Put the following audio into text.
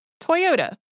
Toyota